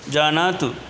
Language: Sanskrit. जानातु